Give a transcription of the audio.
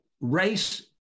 race